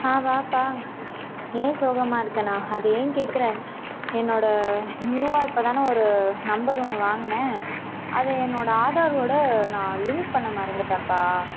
ஆ வாப்பா ஏன் சோகமாக இருக்கேனா அதை ஏன் கேக்கிற என்னோட நியூவாக இப்போ தானே ஒரு நம்பர் ஒன்று வாங்கினேன் அதை என்னோட ஆதாரோடு நான் லிங்க் பண்ண மறந்துவிட்டேன்ப்பா